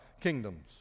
kingdoms